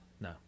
No